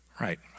right